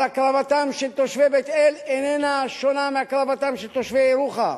אבל הקרבתם של תושבי בית-אל איננה שונה מהקרבתם של תושבי ירוחם,